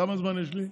כמה זמן יש לי?